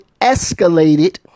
escalated